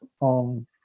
on